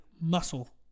muscle